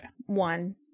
One